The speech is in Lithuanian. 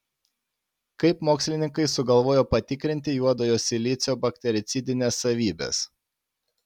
kaip mokslininkai sugalvojo patikrinti juodojo silicio baktericidines savybes